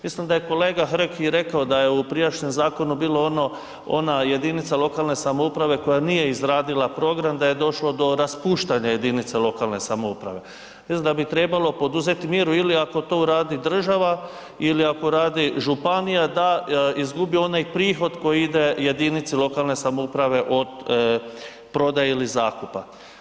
Mislim da je kolega Hrg i rekao da je u prijašnjem zakonu bilo ono, ona jedinica lokalne samouprave koja nije izradila program da je došlo do raspuštanja jedinice lokalne samouprave, jest da bi trebalo poduzeti mjeru ili ako to uradi država ili ako radi županija da izgubi onaj prihod koji ide jedinici lokalne samouprave od prodaje ili zakupa.